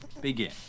Begin